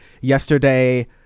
Yesterday